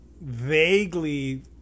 vaguely